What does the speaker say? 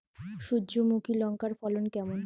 সূর্যমুখী লঙ্কার ফলন কেমন?